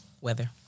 Weather